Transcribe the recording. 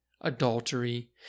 adultery